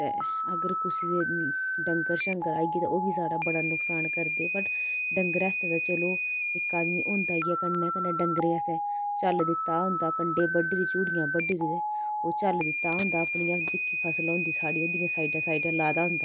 ते अगर कुसै दे डंगर शंगर आई गे ते ओह् बी साढ़ा बड़ा नुकसान करदे बट डंगर आस्तै ते चलो इक आदमी होंदी ही ऐ कन्नै कन्नै डंगरें आस्तै झल्ल दित्ता दा होंदा कंडे बड्डियै जूड़ियां बड्डी'रै ते ओह् झल्ल दित्ता दा होंदा अपनियां जेह्की फसल होंदी साढ़ी ओह्दियें साइडें साइ़़डें लाए दा होंदा